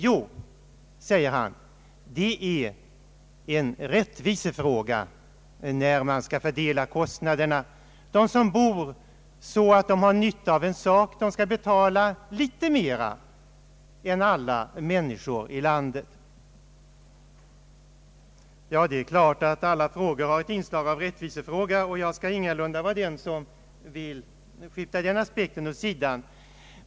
Jo, säger statsrådet, det är en rättvisefråga när man skall fördela kostnaderna. De som bor så att de har nytta av en sak skall betala litet mer än andra människor i landet. Det är klart att alla frågor har ett inslag av rättvisefråga, och jag vill ingalunda skjuta den aspekten åt sidan.